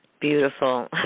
beautiful